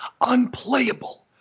unplayable